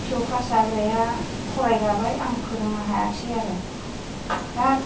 P इउ फास जाग्राया फरायगाबाय आं फोरोंनो हायाखसै आरो दा